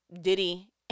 Diddy